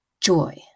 joy